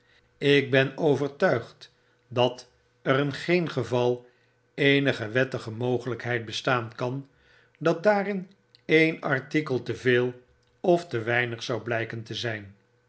ik ben overtuigd dat er in geen geval eenige wettige mogelijkheid bestaan kan dat daarin een artikel te veel of te weinig zou blijken te zijn